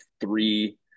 three